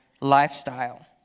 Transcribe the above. lifestyle